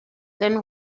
then